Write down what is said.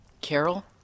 Carol